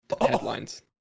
headlines